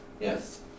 Yes